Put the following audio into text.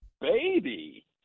baby